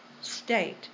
state